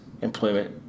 Employment